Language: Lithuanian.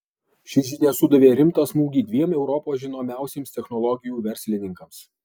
ši žinia sudavė rimtą smūgį dviem europos žinomiausiems technologijų verslininkams